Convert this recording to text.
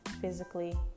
physically